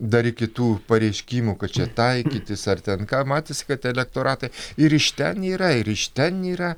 dar iki tų pareiškimų kad čia taikytis ar ten ką matėsi kad elektoratą ir iš ten yra ir iš ten yra